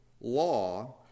law